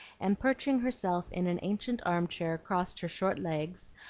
and perching herself in an ancient arm-chair crossed her short legs,